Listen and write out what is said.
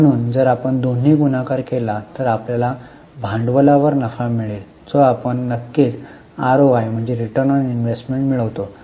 म्हणून जर आपण दोन्ही गुणाकार केला तर आपल्याला भांडवलावर नफा मिळेल जो आपण नक्कीच आरओआय मिळवितो